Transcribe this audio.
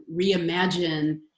reimagine